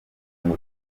ngo